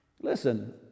Listen